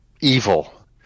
evil